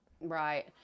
Right